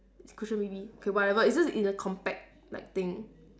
cushion B_B okay whatever it's just it's a compact like thing